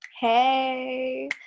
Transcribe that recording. Hey